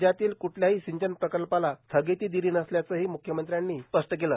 राज्यातील कुठल्याही सिंचन प्रकल्पाला स्थगिती दिली नसल्याचंही मुख्यमंत्र्यांनी स्पष्ट केलं